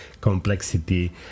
complexity